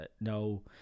no